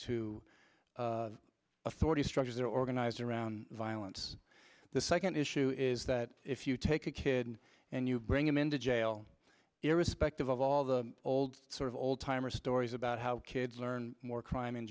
to authority structures that are organized around violence the second issue is that if you take a kid and you bring him into jail irrespective of all the old sort of old timers stories about how kids learn more crime in